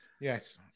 Yes